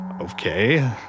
okay